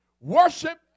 worship